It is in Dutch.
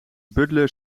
butler